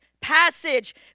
passage